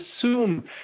assume